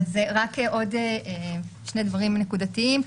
רק עוד שני דברים נקודתיים.